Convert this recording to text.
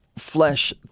Flesh